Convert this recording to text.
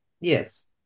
yes